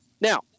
Now